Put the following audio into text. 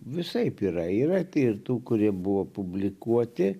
visaip yra yra ir tų kurie buvo publikuoti